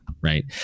right